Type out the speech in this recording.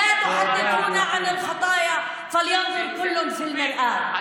אל תדברו איתנו על חטאים, ושכל אחד יביט במראה.)